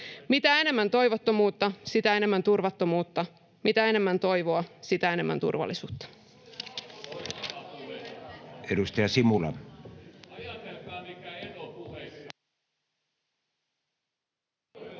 Mitä enemmän toivottomuutta, sitä enemmän turvattomuutta. Mitä enemmän toivoa, sitä enemmän turvallisuutta.